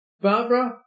Barbara